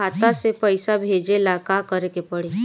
खाता से पैसा भेजे ला का करे के पड़ी?